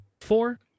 four